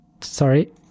sorry